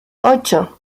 ocho